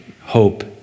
hope